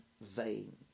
vain